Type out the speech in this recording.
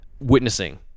witnessing